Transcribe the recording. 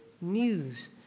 news